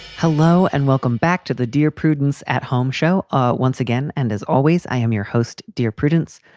hello and welcome back to the dear prudence at home show ah once again. and as always, i am your host, dear prudence,